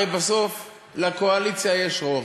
הרי בסוף לקואליציה יש רוב.